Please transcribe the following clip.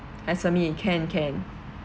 sesame can can